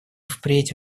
впредь